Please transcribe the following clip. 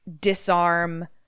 disarm